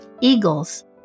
eagles